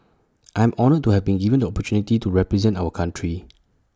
I am honoured to have been given the opportunity to represent our country